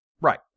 Right